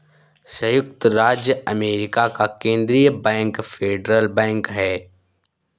सयुक्त राज्य अमेरिका का केन्द्रीय बैंक फेडरल बैंक है